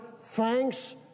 thanks